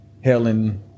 Helen